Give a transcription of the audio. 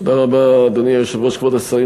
כבוד השרים,